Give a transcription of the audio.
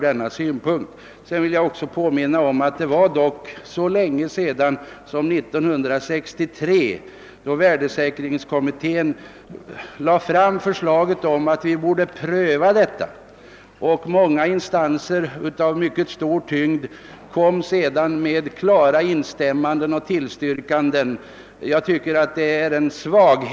Jag vill också påminna om att det var redan 1963 som värdesäkringskommittén lade fram förslaget om att vi borde pröva frågan om värdefasta obligalionslån. Det har också framförts instämmanden och tillstyrkanden från många instanser av mycket stor tyngd.